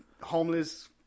Homeless